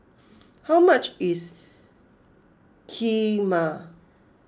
how much is Kheema